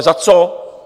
Za co?